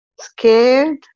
scared